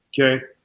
okay